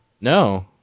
no